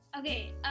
Okay